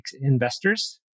investors